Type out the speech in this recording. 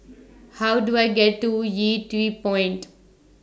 How Do I get to Yew Tee Point